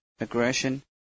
aggression